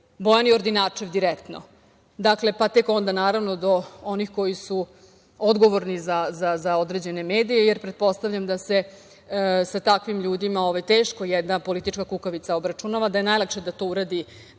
Bojani Ordinačev direktno, pa tek onda, naravno, do onih koji su odgovorni za određene medije. Pretpostavljam da se sa takvim ljudima teško jedna politička kukavica obračunava, da je najlakše da to uradi